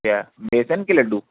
کیا بیسن کے لڈّو